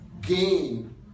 Gain